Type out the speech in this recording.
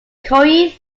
korean